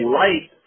light